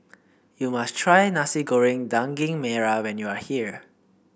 you must try Nasi Goreng Daging Merah when you are here